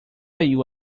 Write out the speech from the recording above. you